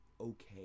okay